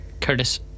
Curtis